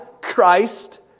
Christ